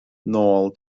nôl